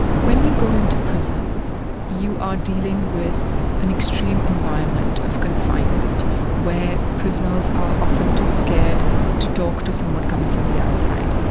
when you go into prison you are dealing with an extreme environment of confinement where prisoners are often too scared to talk to someone coming from the outside.